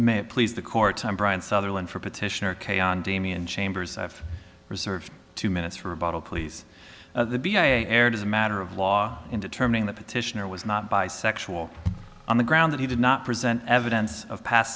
it please the court time bryant sutherland for petitioner keang damien chambers i've reserved two minutes for a bottle please be a aired as a matter of law in determining the petitioner was not bisexual on the ground that he did not present evidence of past